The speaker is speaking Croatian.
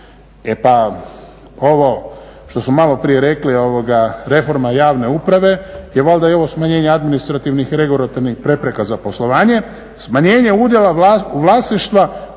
E pa ovo što smo maloprije rekli, reforma javne uprave je valjda i ovo smanjenje administrativnih i regulativnih prepreka za poslovanje, smanjenje udjela vlasništva